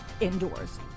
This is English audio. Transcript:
indoors